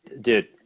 Dude